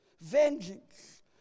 vengeance